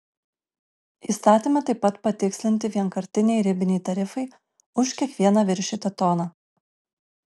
įstatyme taip pat patikslinti vienkartiniai ribiniai tarifai už kiekvieną viršytą toną